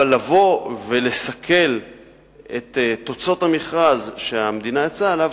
אבל לבוא ולסכל את תוצאות המכרז שהמדינה יצאה אליו,